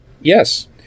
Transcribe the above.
Yes